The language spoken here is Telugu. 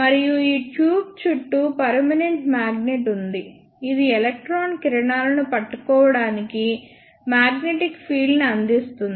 మరియు ఈ ట్యూబ్ చుట్టూ పర్మనెంట్ మాగ్నెట్ ఉంది ఇది ఎలక్ట్రాన్ కిరణాలను పట్టుకోవడానికి మాగ్నెటిక్ ఫీల్డ్ ని అందిస్తుంది